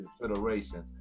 consideration